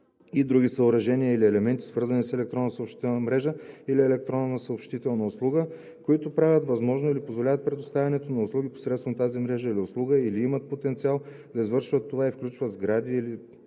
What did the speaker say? и другите съоръжения или елементи, свързани с електронна съобщителна мрежа или електронна съобщителна услуга, които правят възможно или позволяват предоставянето на услуги посредством тази мрежа или услуга или имат потенциал да извършват това и включват сгради или